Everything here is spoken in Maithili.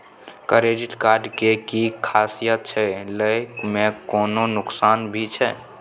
क्रेडिट कार्ड के कि खासियत छै, लय में कोनो नुकसान भी छै?